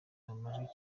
amajwi